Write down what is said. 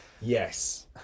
Yes